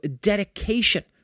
dedication